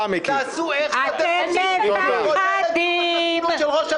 אתם מ-פ-ח-ד-י-ם.